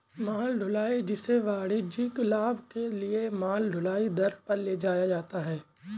माल ढुलाई, जिसे वाणिज्यिक लाभ के लिए माल ढुलाई दर पर ले जाया जाता है